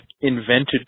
invented